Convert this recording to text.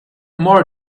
more